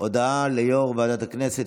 הודעה ליו"ר ועדת הכנסת,